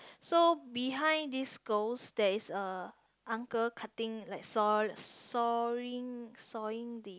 so behind this ghost there is a uncle cutting like saw~ sawing sawing the